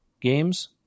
games